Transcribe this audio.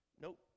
Nope